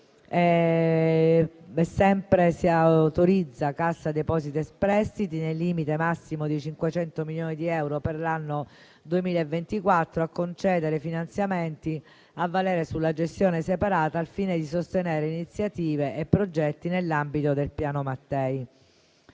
Si autorizza Cassa depositi e prestiti, nel limite massimo di 500 milioni di euro per l'anno 2024, a concedere finanziamenti a valere sulla gestione separata, al fine di sostenere iniziative e progetti nell'ambito del Piano Mattei.